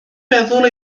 meddwl